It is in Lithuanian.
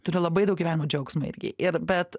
turiu labai daug gyvenimo džiaugsmo irgi ir bet